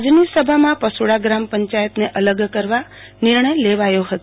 આજની સભામાં પશુડા ગ્રામ પંચાયતને અલગ કરવા નિર્ણય લેવાયો હતો